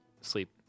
sleep